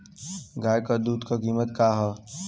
गाय क दूध क कीमत का हैं?